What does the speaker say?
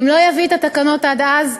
ואם לא יביא את התקנות עד אז,